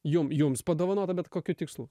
jum jums padovanota bet kokiu tikslu